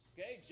Okay